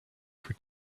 for